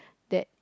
that